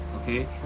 okay